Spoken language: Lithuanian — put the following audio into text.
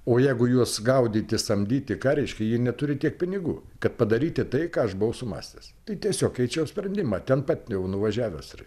o jeigu juos gaudyti samdyti ką reiškia jie neturi tiek pinigų kad padaryti tai ką aš buvau sumąstęs tai tiesiog keičiau sprendimą ten pat jau nuvažiavęs ir